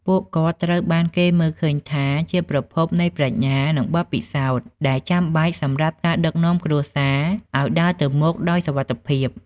ពួកគាត់ត្រូវបានគេមើលឃើញថាជា ប្រភពនៃប្រាជ្ញា និងបទពិសោធន៍ ដែលចាំបាច់សម្រាប់ការដឹកនាំគ្រួសារឲ្យដើរទៅមុខដោយសុវត្ថិភាព។